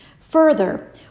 Further